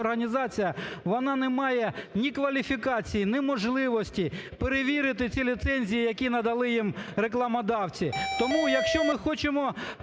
телерадіоорганізація вона не має ні кваліфікації, ні можливості перевірити ці ліцензії, які надали нам рекламодавці. Тому, якщо ми хочемо